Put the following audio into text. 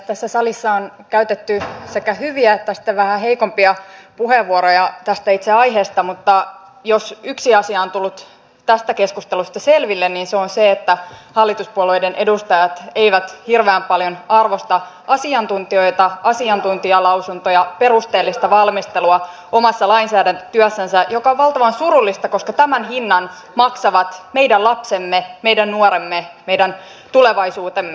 tässä salissa on käytetty sekä hyviä että vähän heikompia puheenvuoroja tästä itse aiheesta mutta jos yksi asia on tullut tästä keskustelusta selville niin se on se että hallituspuolueiden edustajat eivät hirveän paljon arvosta asiantuntijoita asiantuntijalausuntoja perusteellista valmistelua omassa lainsäädäntötyössänsä mikä on valtavan surullista koska tämän hinnan maksavat meidän lapsemme meidän nuoremme meidän tulevaisuutemme